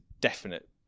definite